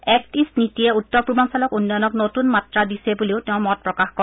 act East নীতিয়ে উত্তৰ পূৰ্বাঞ্চলৰ উন্নয়নক নতুন মাত্ৰা দিছে বুলিও তেওঁ মত প্ৰকাশ কৰে